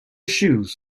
shoes